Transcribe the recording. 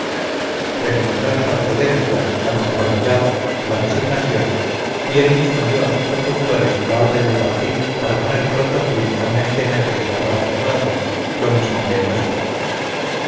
idea recomendonos la prudencia la conformidad la resignación y él mismo dio a sus conductores la orden de partir para poner pronto fin a una escena que desgarraba su corazón lo mismo que el nuestro